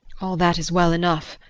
all that is well enough,